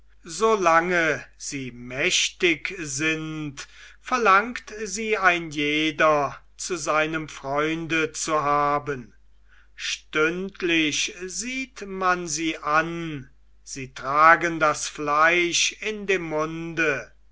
solange sie mächtig sind verlangt sie ein jeder zu seinem freunde zu haben stündlich sieht man sie sie tragen das fleisch in dem munde